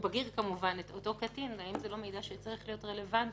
אודות הקטין שהפך לבגיר לא צריך להיות רלוונטי?